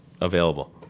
available